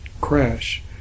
crash